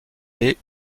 des